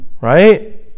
right